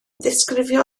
ddisgrifio